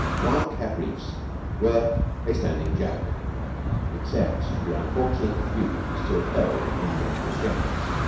wildcat reefs were a standing joke except to the unfortunate few who still held any of the shares.